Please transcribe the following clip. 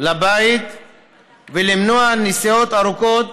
לבית ולמנוע נסיעות ארוכות